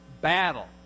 battle